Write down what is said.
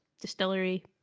distillery